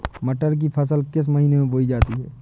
मटर की फसल किस महीने में बोई जाती है?